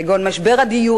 כגון משבר הדיור,